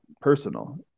personal